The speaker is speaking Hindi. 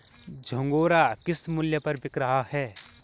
झंगोरा किस मूल्य पर बिक रहा है?